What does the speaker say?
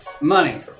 Money